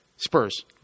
Spurs